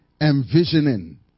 envisioning